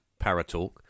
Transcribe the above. paratalk